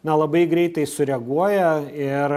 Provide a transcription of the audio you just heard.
na labai greitai sureaguoja ir